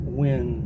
win